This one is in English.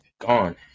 gone